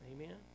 Amen